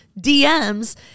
DMs